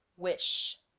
wish